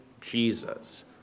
Jesus